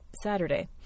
Saturday